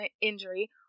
injury